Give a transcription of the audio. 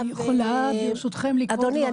אדוני,